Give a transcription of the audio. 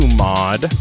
mod